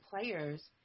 players